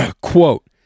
quote